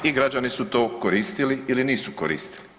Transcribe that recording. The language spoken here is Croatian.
I građani su to koristili ili nisu koristili.